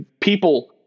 people